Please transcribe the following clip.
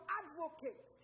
advocate